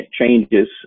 changes